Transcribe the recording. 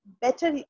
better